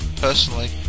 personally